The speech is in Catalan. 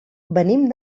venim